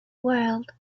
world